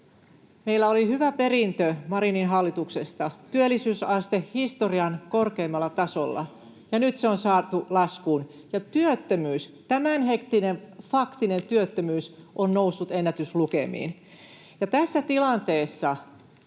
Meillä oli hyvä perintö Marinin hallitukselta, työllisyysaste historian korkeimmalla tasolla. Nyt se on saatu laskuun, ja työttömyys, tämänhetkinen faktinen työttömyys, on noussut ennätyslukemiin. Tässä tilanteessa